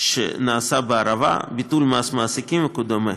שעשינו בערבה, ביטול מס מעסיקים וכדומה.